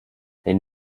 wenn